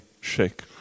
shake